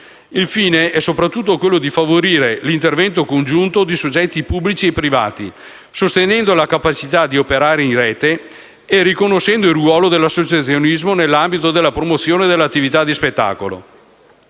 Il fine è soprattutto di favorire l'intervento congiunto di soggetti pubblici e privati, sostenendo la capacità di operare in rete e riconoscendo il ruolo dell'associazionismo nell'ambito della promozione delle attività di spettacolo.